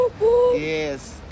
Yes